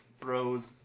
throws